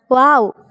wow